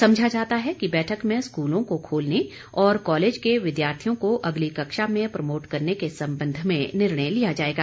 समझा जाता है कि बैठक में स्कूलों को खोलने और कॉलेज के विद्यार्थियों को अगली कक्षा में प्रमोट करने के संबंध में निर्णय लिया जाएगा